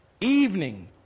Evening